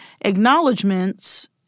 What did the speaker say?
acknowledgments